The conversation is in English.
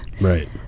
Right